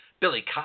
Billy